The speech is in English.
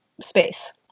Space